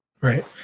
Right